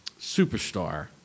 Superstar